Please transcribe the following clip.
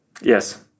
Yes